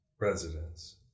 residents